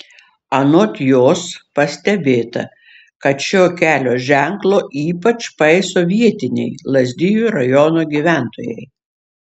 anot jos pastebėta kad šio kelio ženklo ypač paiso vietiniai lazdijų rajono gyventojai